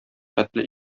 хәтле